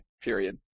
period